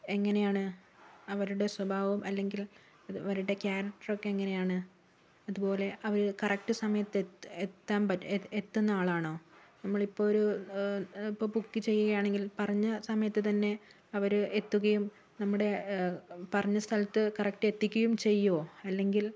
എങ്ങനെയാണ് അവരുടെ സ്വഭാവം അല്ലെങ്കിൽ അവരുടെ ക്യാരക്ടർ ഒക്കെ എങ്ങനെയാണ് അതുപോലെ അവർ കറക്ട് സമയത്ത് എത്തുന്ന ആളാണോ നമ്മളിപ്പോൾ ഒരു ഇപ്പോൾ ബുക്ക് ചെയ്യുകയാണെങ്കിൽ പറഞ്ഞ സമയത്ത് തന്നെ അവർ എത്തുകയും നമ്മുടെ പറഞ്ഞ സ്ഥലത്ത് കറക്ട് എത്തിക്കുകയും ചെയ്യുമോ അല്ലെങ്കിൽ